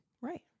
right